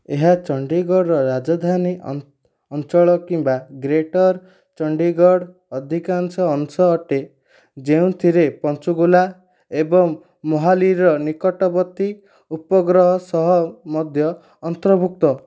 ଏହା ଚଣ୍ଡିଗଡ଼ ରାଜଧାନୀ ଅଞ୍ଚଳ କିମ୍ବା ଗ୍ରେଟର୍ ଚଣ୍ଡିଗଡ଼ର ଅଧିକାଂଶ ଅଂଶ ଅଟେ ଯେଉଁଥିରେ ପଞ୍ଚକୁଲା ଏବଂ ମୋହାଲିର ନିକଟବର୍ତ୍ତୀ ଉପଗ୍ରହ ସହର ମଧ୍ୟ ଅନ୍ତର୍ଭୁକ୍ତ